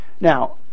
Now